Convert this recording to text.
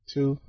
Two